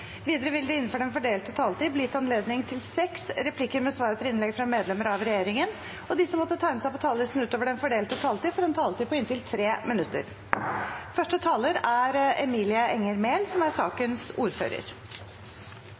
Videre vil det – innenfor den fordelte taletid – bli gitt anledning til seks replikker med svar etter innlegg fra medlemmer av regjeringen, og de som måtte tegne seg på talerlisten utover den fordelte taletid, får en taletid på inntil 3 minutter.